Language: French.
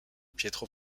pietro